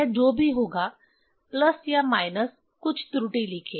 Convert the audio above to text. यह जो भी होगा प्लस या माइनस कुछ त्रुटि लिखें